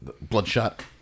Bloodshot